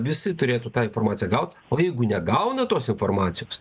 visi turėtų tą informaciją gaut o jeigu negauna tos informacijos